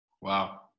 Wow